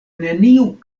neniu